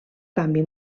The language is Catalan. canvi